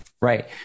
Right